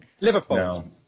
Liverpool